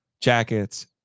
Jackets